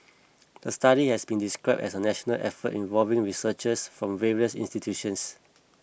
the study has been described as a national effort involving researchers from various institutions